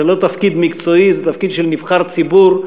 זה לא תפקיד מקצועי, זה תפקיד של נבחר ציבור.